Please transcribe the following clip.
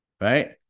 right